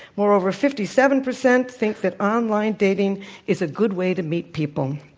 moreover, fifty seven percent think that online dating is a good way to meet people.